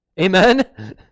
amen